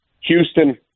Houston